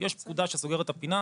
יש פקודה שסוגרת את הפינה.